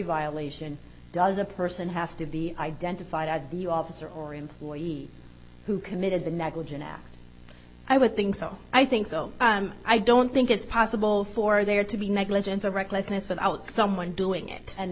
violation does a person have to be identified as the officer or employee who committed the negligent act i would think so i think so i don't think it's possible for there to be negligence or recklessness without someone doing it and